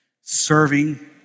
serving